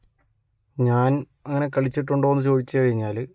ഞാൻ അങ്ങനെ കളിച്ചിട്ടുണ്ടോയെന്ന് ചോദിച്ച് കഴിഞ്ഞാൽ